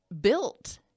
built